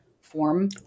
form